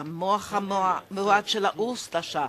במוח המעוות של ה"אוסטשה".